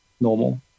normal